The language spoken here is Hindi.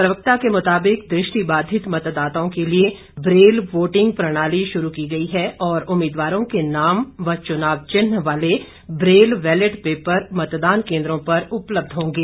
प्रवक्ता के मुताबिक दृष्टिबाधित मतदाताओं के लिए ब्रेल वोटिंग प्रणाली शुरू की गई है और उम्मीदवारों के नाम व चुनाव चिन्ह वाले ब्रेल बैलेट पेपर मतदान केन्द्रों पर उपलब्ध होंगे